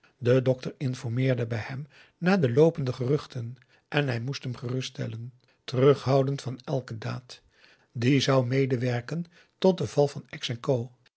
de dokter informeerde bij hem naar de loopende geruchten en hij moest hem geruststellen terughouden van elke daad die kou medewerken tot den